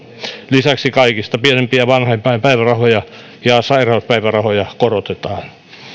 lisäksi kaikista pienimpiä vanhempainpäivärahoja ja sairauspäivärahoja korotetaan